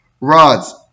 rods